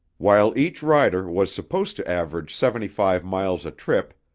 while each rider was supposed to average seventy-five miles a trip,